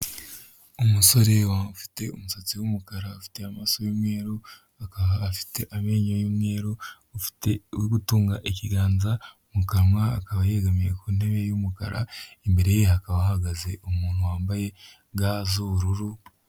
Umusore ufite umusatsi w'umukara, ufite amaso y'umweru, akaba afite amenyo y'umweru, uri gutunga ikiganza mu kanwa, akaba yegamiye ku ntebe y'umukara, imbere ye hakaba hahagaze umuntu wambaye ga z'ubururu.